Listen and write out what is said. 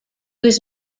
was